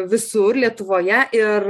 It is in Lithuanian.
visur lietuvoje ir